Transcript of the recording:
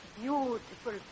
beautiful